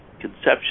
conception